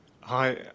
Hi